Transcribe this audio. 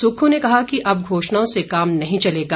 सुक्खू ने कहा कि अब घोषणाओं से काम नही चलेगा